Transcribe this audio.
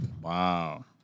wow